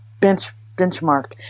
benchmark